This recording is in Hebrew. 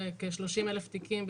כ-30,000 תיקים,